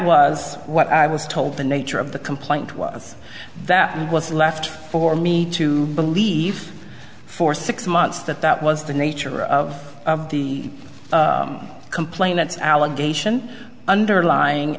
was what i was told the nature of the complaint was that was left for me to believe for six months that that was the nature of the complainants allegation underlying